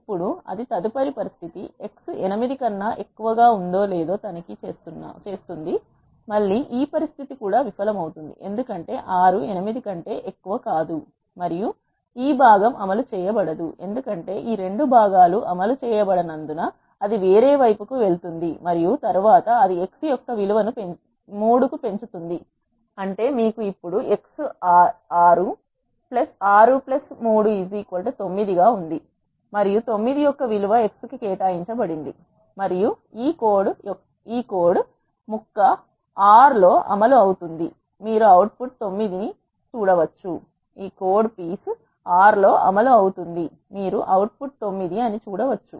ఇప్పుడు అది తదుపరి పరిస్థితి x 8 కన్నా ఎక్కువగా ఉందో లేదో తనిఖీ చేస్తుంది మళ్ళీ ఈ పరిస్థితి కూడా విఫలమవుతుంది ఎందుకంటే 6 8 కంటే ఎక్కువ కాదు మరియు ఈ భాగం అమలు చేయ బడదు ఎందుకంటే ఈ 2 భాగాలు అమలు చేయబడనందున అది వేరే వైపుకు వెళుతుంది మరియు తరువాత అది x యొక్క విలువను 3 పెంచుతుంది అంటే మీకు ఇప్పుడు x విలువ 6 6 3 9 గా ఉంది మరియు 9 యొక్క విలువ x కి కేటాయించబడింది మరియు ఈ కోడ్ ముక్క R లో అమలు అవుతుంది మీరు అవుట్పుట్ 9 అని చూడవచ్చు